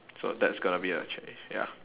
so that's gonna be a change ya